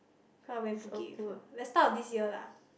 cause I went to Phuket with her the start of this year lah